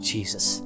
Jesus